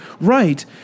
right